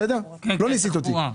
לא ניסית אותי.